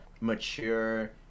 mature